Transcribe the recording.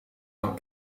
van